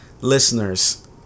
Listeners